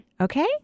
Okay